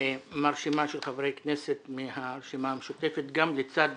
מרשימה של חברי כנסת מהרשימה המשותפת לצד